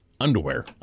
underwear